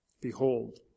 Behold